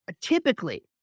typically